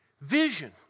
Vision